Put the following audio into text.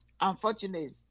unfortunate